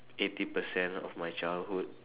eighty percent of my childhood